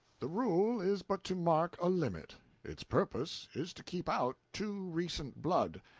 the rule is but to mark a limit its purpose is to keep out too recent blood,